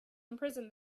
imprison